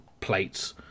plates